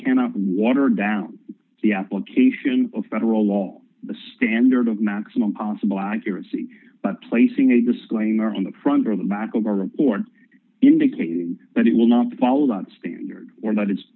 cannot water down the application of federal law the standard of maximum possible accuracy but placing a disclaimer on the front or the back of our report indicating that it will not follow that standard or that it